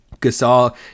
Gasol